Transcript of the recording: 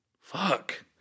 Fuck